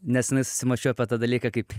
nesenai susimąsčiau apie tą dalyką kaip